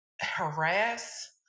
harass